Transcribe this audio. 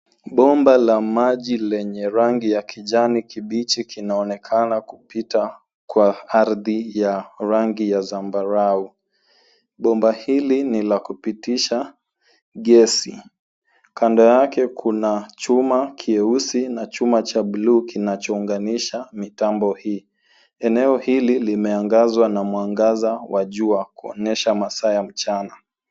Bomba la maji lenye rangi ya kijani kibichi kinaonekana kupita kwa ardhi ya rangi ya zambarau. Bomba hili ni la kupitisha gesi, kando yake kuna chuma kieusi na chuma cha buluu kinachounganisha mitambo hii. Eneo hili limeangazwa na mwangaza wa jua kuonyesha masaa ya mchana.